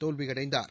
தோல்வியடைந்தார்